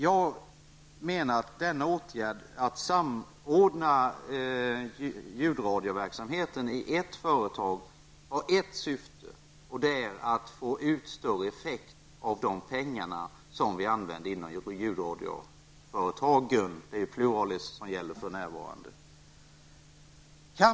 Jag menar att åtgärderna att samordna ljudradioverksamheten i ett företag har ett syfte, nämligen att få ut större effekt av de pengar som används inom ljudradioföretagen -- det är för närvarande pluralis.